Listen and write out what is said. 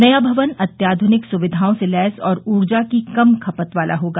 नया भवन अत्याध्निक सुविधाओं से लैस और ऊर्जा की कम खपत वाला होगा